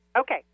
Okay